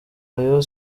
rayon